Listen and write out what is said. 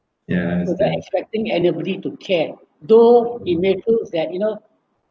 ya I understand to the expecting and nobody to care though it may feels that you know